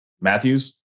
Matthews